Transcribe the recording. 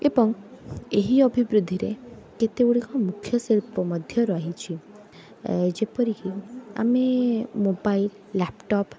ଏବଂ ଏହି ଅଭିବୃଦ୍ଧିରେ କେତେଗୁଡ଼ିକ ମୁଖ୍ୟ ଶିଳ୍ପ ମଧ୍ୟ ରହିଛି ଯେପରି କି ଆମେ ମୋବାଇଲ ଲ୍ୟାପଟପ୍